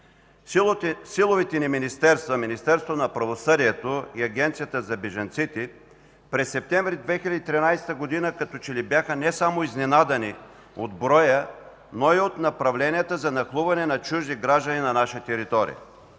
Силовите ни министерства – Министерство на правосъдието и Агенцията за бежанците, през септември 2013 г. като че ли бяха не само изненадани от броя, но и от направленията за нахлуване на чужди граждани на наша територия.